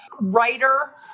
writer